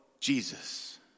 Jesus